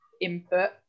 input